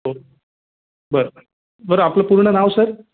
हो बरं बरं बरं आपलं पूर्ण नाव सर